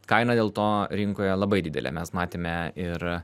kaina dėl to rinkoje labai didelė mes matėme ir